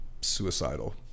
suicidal